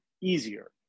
easier